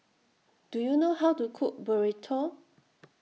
Do YOU know How to Cook Burrito